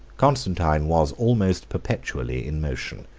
constantine was almost perpetually in motion,